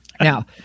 now